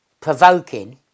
provoking